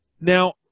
Now